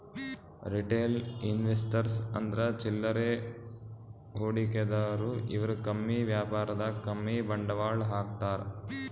retail investors ಅಂದ್ರ ಚಿಲ್ಲರೆ ಹೂಡಿಕೆದಾರು ಇವ್ರು ಕಮ್ಮಿ ವ್ಯಾಪಾರದಾಗ್ ಕಮ್ಮಿ ಬಂಡವಾಳ್ ಹಾಕ್ತಾರ್